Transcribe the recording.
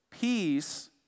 Peace